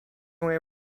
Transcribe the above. moje